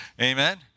Amen